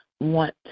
want